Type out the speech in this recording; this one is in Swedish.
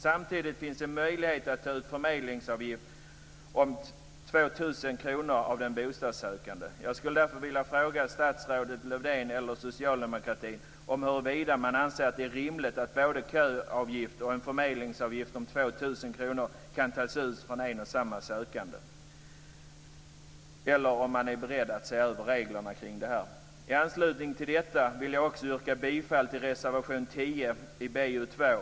Samtidigt finns en möjlighet att ta ut förmedlingsavgift om 2 000 kr av den bostadssökande. 2 000 kr kan tas ut från en och samma sökande, eller om man är beredd att se över reglerna kring detta. I anslutning till detta vill jag också yrka bifall till reservation 10 i BoU2.